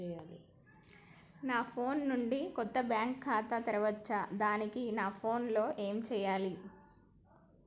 నా పెద్ద ఫోన్ నుండి కొత్త బ్యాంక్ ఖాతా తెరవచ్చా? దానికి నా ఫోన్ లో ఏం చేయాలి?